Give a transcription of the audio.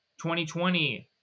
2020